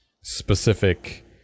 specific